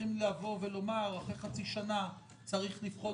צריכים לבוא ולומר אחרי חצי שנה שצריך לבחון